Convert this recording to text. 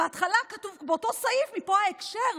באותו סעיף, מפה ההקשר.